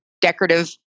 decorative